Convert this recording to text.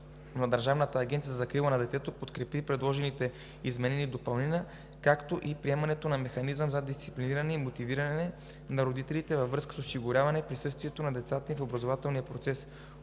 Държавната агенция „Закрила на детето“ подкрепи предложените изменения и допълнения, както и приемането на механизъм за дисциплиниране и мотивиране на родителите във връзка с осигуряване присъствие на децата им в образователния процес.